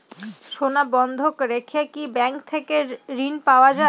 সোনা বন্ধক রেখে কি ব্যাংক থেকে ঋণ পাওয়া য়ায়?